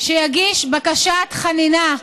שיגיש בקשת חנינה.